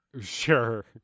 Sure